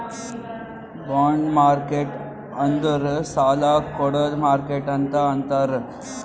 bond market ಅಂದುರ್ ಸಾಲಾ ಕೊಡ್ಡದ್ ಮಾರ್ಕೆಟ್ ಅಂತೆ ಅಂತಾರ್